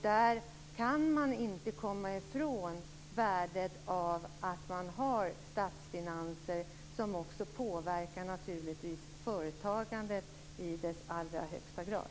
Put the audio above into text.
Där kan man inte komma ifrån värdet av att man har statsfinanser som naturligtvis också påverkar företagandet i högsta grad.